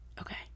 Okay